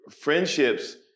friendships